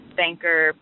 banker